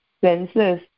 senses